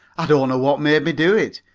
i don't know what made me do it,